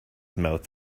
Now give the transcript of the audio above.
mouth